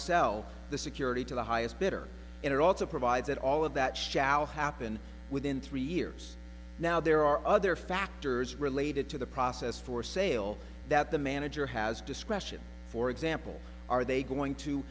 sell the security to the highest bidder and it also provides that all of that shall happen within three years now there are other factors related to the process for sale that the manager has discretion for example are they going to